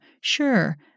Sure